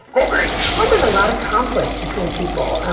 cookie it causes a lot of conflict between people.